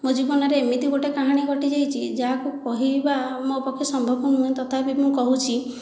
ମୋ ଜୀବନରେ ଏମିତି ଗୋଟିଏ କାହାଣୀ ଘଟିଯାଇଛି ଯାହାକୁ କହିବା ମୋ ପକ୍ଷେ ସମ୍ଭବ ନୁହେଁ ତଥାପି ବି ମୁଁ କହୁଛି